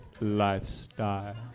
lifestyle